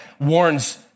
warns